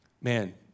man